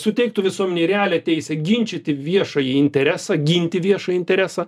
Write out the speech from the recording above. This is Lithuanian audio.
suteiktų visuomenei realią teisę ginčyti viešąjį interesą ginti viešąjį interesą